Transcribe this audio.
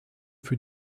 für